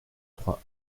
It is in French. trois